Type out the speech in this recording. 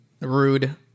rude